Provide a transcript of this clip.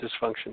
dysfunction